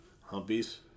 humpies